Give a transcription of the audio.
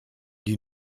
die